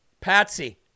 Patsy